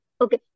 Okay